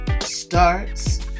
starts